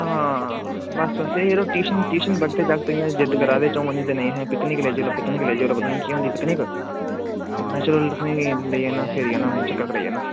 आं बस्स बस्स टयूशन टयूशन पढ़दे जागत इयां जिद्द करा दे चऊं पंजें दिनें दी अहें पिकनिक लेई चलो पिकनिक लेई चलो मैहां पता नी केह् हुंदी पिकनिक ते महा चलो तुसेंगी लेई जन्नां फेरी औन्नां मीं चक्कर कराई औन्नां